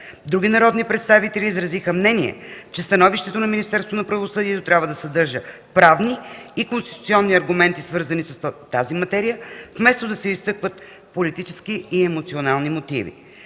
Други народни представители изразиха мнение, че становището на Министерството на правосъдието трябва да съдържа правни и конституционни аргументи, свързани с тази материя, вместо да се изтъкват политически и емоционални мотиви.